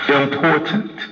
important